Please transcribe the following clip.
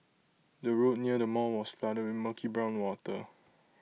the road near the mall was flooded with murky brown water